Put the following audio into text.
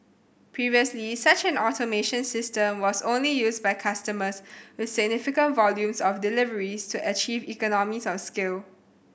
previously such an automation system was only used by customers with significant volume of deliveries to achieve economies of scale